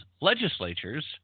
legislatures